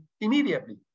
immediately